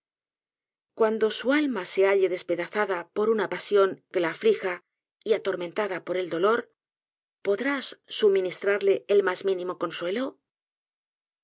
cuando su alma se halle despedazada por una pasión que la aflija y atormentada por el dolor podrás suministrarle el mas mínimo consuelo y